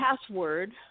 password